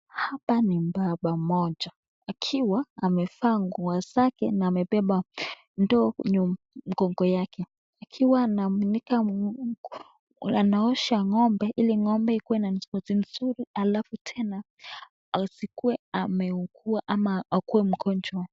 Hapa ni baba moja, akiwa amevaa nguo zake na amebeba ndoo nyuma ya mgongo yake, akiwa anaaminika anaosha ng'ombe ili ng'ombe ikuwe na ngozi nzuri halafu tena asikuwe ameugua ama akuwe mgonjwa.